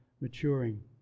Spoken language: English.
maturing